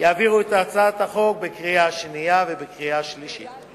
יעבירו את הצעת החוק בקריאה שנייה ובקריאה שלישית.